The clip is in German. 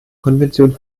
konvention